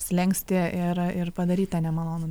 slenkstį ir ir padaryt tą nemalonų